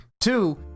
Two